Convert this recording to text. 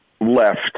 left